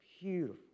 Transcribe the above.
beautiful